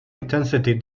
intensity